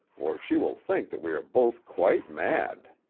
or she will think that we are both quite mad!